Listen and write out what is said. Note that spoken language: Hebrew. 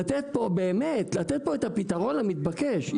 אני יכול לתת פה באמת את הפתרון המתבקש.